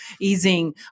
easing